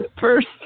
first